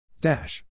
Dash